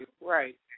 Right